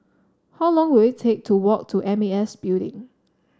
how long will it take to walk to M A S Building